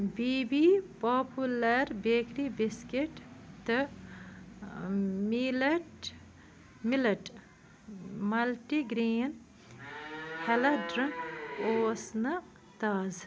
B B popular bakery biscuit تہٕ millet millet multi grain health drink اوس نہٕ تازٕ